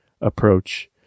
approach